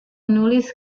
menulis